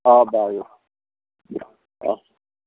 অঁ বাৰু অঁ